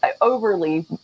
overly